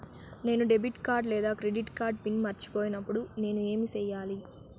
నేను debit card లేదా credit card pin మర్చిపోయినప్పుడు నేను ఏమి సెయ్యాలి?